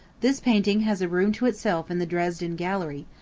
this painting has a room to itself in the dresden gallery,